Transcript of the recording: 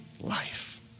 Life